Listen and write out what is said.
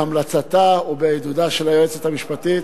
בהמלצתה ובעידודה של היועצת המשפטית.